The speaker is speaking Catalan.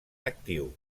actiu